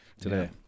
today